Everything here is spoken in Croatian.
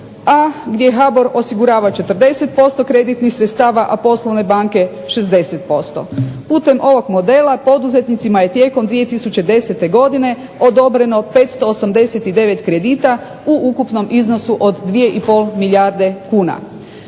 A gdje HBOR osigurava 40% kreditnih sredstva, a poslovne banke 60%. Putem ovog modela poduzetnicima je tijekom 2010. godine odobreno 589 kredita u ukupnom iznosu od 2,5 milijarde kuna.